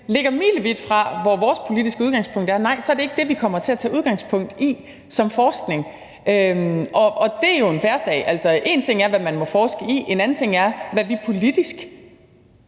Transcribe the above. ligger milevidt fra, hvor vores politiske udgangspunkt er, er det ikke den forskning, vi kommer til at tage udgangspunkt i, og det er jo en fair sag. Altså, én ting er, hvad man må forske i; en anden ting er, hvad vi politisk